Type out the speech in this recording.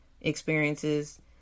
experiences